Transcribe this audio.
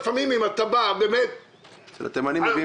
נציב שירות המדינה זאת איננה עבודה